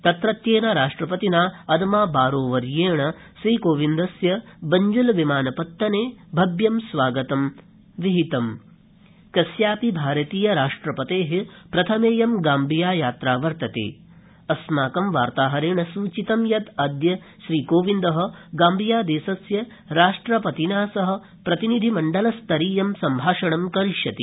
तत्रत्यप्त राष्ट्रपतिना Adama Barrow वर्येण श्रीकोविन्दस्य बंजुल विमानपत्तनभिव्यं स्वागतं कृतमा कस्यापि भारतीय राष्ट्रपत प्रेथमख्यि गाम्बिया यात्रा वर्तत अस्माक वार्ताहरणिस्चित यत् अद्य श्रीकोविन्द गाम्बिया दश्मिय राष्ट्रपतिना सह प्रतिनिधि मण्डल स्तरीयं सम्भाषणं करिष्यति